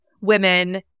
women